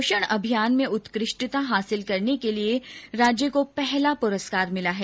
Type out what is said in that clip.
पोषण अभियान में उत्कृष्टता हासिल करने के लिए राज्य को पहला पुरस्कार मिला है